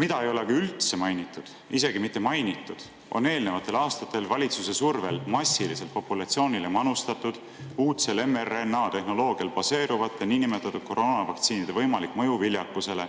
Mida ei olegi üldse mainitud – isegi mitte mainitud! –, on eelnevatel aastatel valitsuse survel massiliselt populatsioonile manustatud uudsel mRNA-tehnoloogial baseeruvate niinimetatud koroonavaktsiinide võimalik mõju viljakusele,